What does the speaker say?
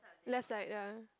left side ya